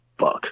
fuck